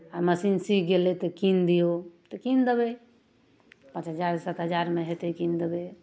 आ मशीन सीख गेलै तऽ कीन दियौ तऽ कीन देबै पाँच हजार सात हजारमे हेतै कीन देबै